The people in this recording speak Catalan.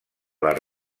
les